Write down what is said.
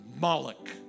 Moloch